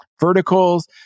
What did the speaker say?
verticals